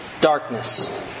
darkness